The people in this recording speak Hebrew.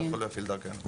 יוכל להפעיל דרכנו.